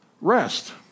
Rest